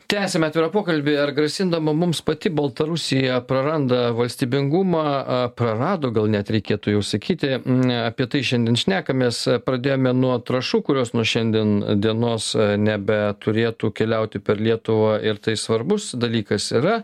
tęsiame atvirą pokalbį ar grasindama mums pati baltarusija praranda valstybingumą prarado gal net reikėtų jau sakyti apie tai šiandien šnekamės pradėjome nuo trąšų kurios nuo šiandien dienos nebe turėtų keliauti per lietuvą ir tai svarbus dalykas yra